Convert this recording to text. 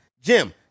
Jim